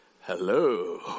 hello